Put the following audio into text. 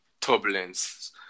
turbulence